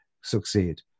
succeed